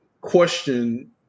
question